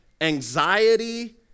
anxiety